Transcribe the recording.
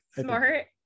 Smart